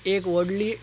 एक व्हडली